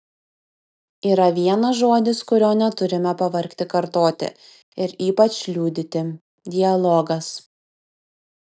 yra vienas žodis kurio neturime pavargti kartoti ir ypač liudyti dialogas